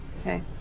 Okay